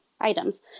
items